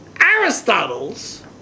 Aristotle's